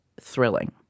thrilling